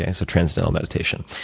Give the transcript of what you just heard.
and so transcendental meditation.